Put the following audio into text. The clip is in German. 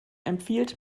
empfiehlt